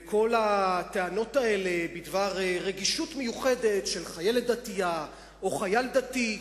וכל הטענות האלה בדבר רגישות מיוחדת של חיילת דתית או חייל דתי,